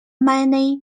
many